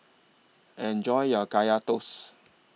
Enjoy your Kaya Toast